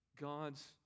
God's